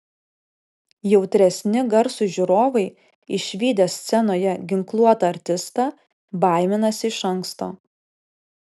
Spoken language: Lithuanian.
jautresni garsui žiūrovai išvydę scenoje ginkluotą artistą baiminasi iš anksto